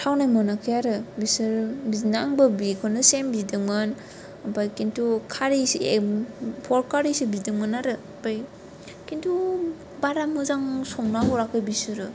थावनाय मोनाखै आरो बिसोर बिदिनो आंबो बेखौनो सेम बिदोंमोन आमफ्राय खिन्थु कारि पर्क कारिसो बिदोंमोन आरो आमफ्राय खिन्थु बारा मोजां संना हराखै बिसोरो